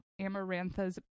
Amarantha's